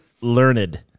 Learned